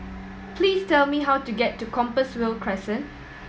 please tell me how to get to Compassvale Crescent